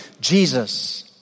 Jesus